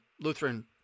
Lutheran